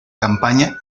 campaña